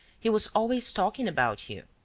he was always talking about you.